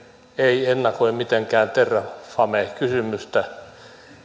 ei ennakoi mitenkään terrafame kysymystä